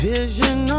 Vision